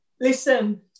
Listen